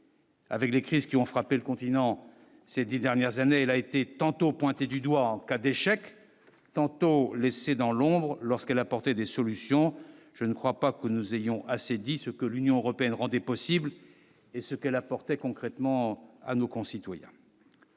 Avec des crises qui ont frappé le continent ces 10 dernières années, elle a été tantôt pointé du doigt en cas d'échec tantôt laissé dans l'ombre lorsqu'elle apporter des solutions, je ne crois pas que nous ayons assez dit ce que l'Union européenne rendait possible et ce qu'elle apporter concrètement à nos concitoyens,